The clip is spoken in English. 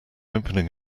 opening